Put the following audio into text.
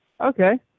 Okay